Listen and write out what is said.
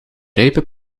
rijpe